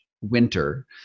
winter